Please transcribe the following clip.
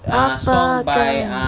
apakah